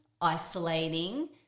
isolating –